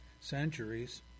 centuries